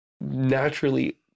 naturally